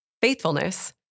Faithfulness